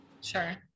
Sure